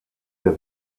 der